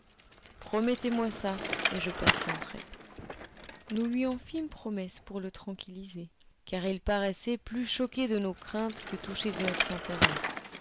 promettez-moi ça et je patienterai nous lui en fîmes promesse pour le tranquilliser car il paraissait plus choqué de nos craintes que touché de notre intérêt